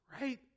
right